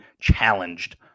challenged